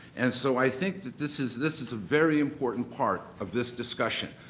and so i think that this is this is a very important part of this discussion.